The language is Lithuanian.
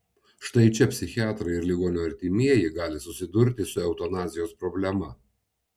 štai čia psichiatrai ir ligonio artimieji gali susidurti su eutanazijos problema